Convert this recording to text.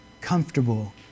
comfortable